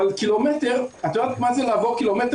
אבל קילומטר, את יודעת מה זה לעבור קילומטר?